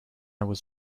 was